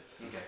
Okay